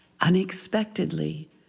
unexpectedly